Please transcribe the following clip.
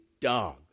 dog